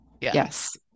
Yes